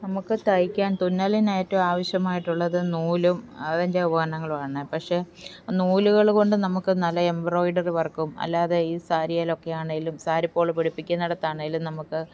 നമുക്ക് തൈക്കാൻ തുന്നലിന് ഏറ്റവും ആവശ്യമായിട്ടുള്ളത് നൂലും അതിൻ്റെ ഉപകരണങ്ങളുമാണ് പക്ഷെ ആ നൂലുകൾ കൊണ്ട് നമുക്ക് നല്ല എംബ്രോയിഡറി വർക്കും അല്ലാതെ ഈ സാരിയിലൊക്കെ ആണെങ്കിലും സാരി ഇപ്പോൾ പിടിപ്പിക്കുന്നിടത്ത് ആണെങ്കിലും നമുക്ക്